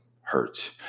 hurts